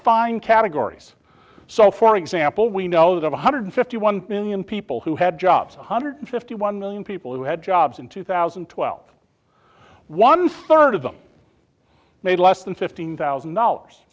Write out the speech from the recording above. fine categories so for example we know that one hundred fifty one million people who had jobs one hundred fifty one million people who had jobs in two thousand and twelve one third of them made less than fifteen thousand dollars